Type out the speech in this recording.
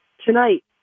Tonight